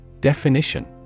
Definition